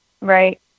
Right